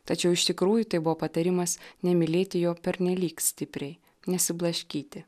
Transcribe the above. tačiau iš tikrųjų tai buvo patarimas nemylėti jo pernelyg stipriai nesiblaškyti